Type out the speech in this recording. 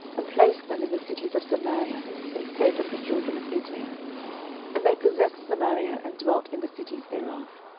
and placed them in the cities of samaria instead of the children of israel and they possessed samaria, and dwelt in the cities thereof.